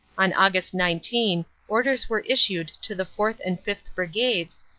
on aug. nineteen orders were issued to the fourth. and fifth. brigades,